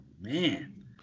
Man